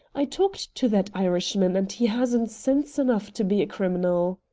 i talked to that irishman, and he hasn't sense enough to be a criminal.